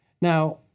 Now